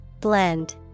Blend